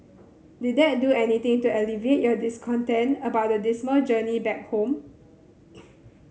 did that do anything to alleviate your discontent about the dismal journey back home